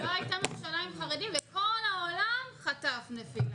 --- לא הייתה ממשלה עם חרדים וכל העולם חטף נפילה.